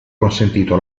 consentito